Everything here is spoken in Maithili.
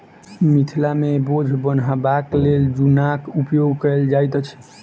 मिथिला मे बोझ बन्हबाक लेल जुन्नाक उपयोग कयल जाइत अछि